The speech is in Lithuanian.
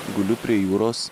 guliu prie jūros